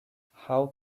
how